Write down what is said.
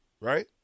right